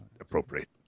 appropriate